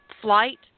Flight